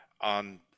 on